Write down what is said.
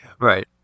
right